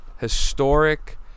historic